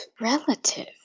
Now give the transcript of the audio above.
Relative